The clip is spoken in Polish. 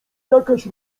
jakaś